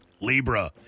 Libra